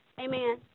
amen